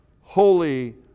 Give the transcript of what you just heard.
holy